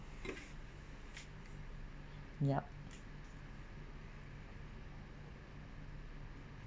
yup